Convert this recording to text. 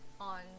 on